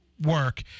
work